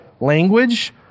language